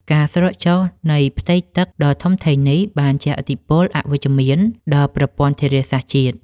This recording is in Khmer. ការស្រកចុះនៃផ្ទៃទឹកដ៏ធំធេងនេះ បានជះឥទ្ធិពលអវិជ្ជមានដល់ប្រព័ន្ធធារាសាស្ត្រជាតិ។